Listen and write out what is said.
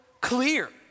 clear